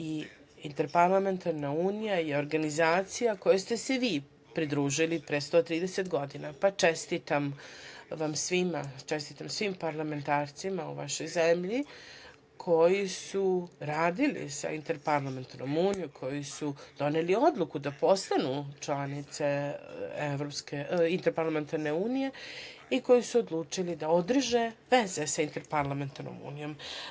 Interparlamentarna unija je organizacija kojoj ste se i vi pridružili pre 130 godina. čestitam vam svima, čestitam svim parlamentarcima u vašoj zemlji koji su radili sa Interparlamentarnom unijom, koji su doneli odluku da postanu članice Interparlamentarne unije i koji su odlučili da održe vezu sa Interparlamentarnom unijom.